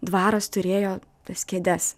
dvaras turėjo tas kėdes